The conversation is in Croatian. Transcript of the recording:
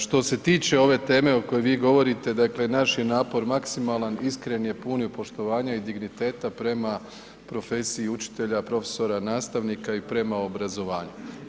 Što se tiče ove teme o kojoj vi govorite, dakle naš je napor maksimalan, iskren je, pun je poštovanja i digniteta prema profesiji učitelja, profesora, nastavnika i prema obrazovanju.